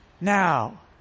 Now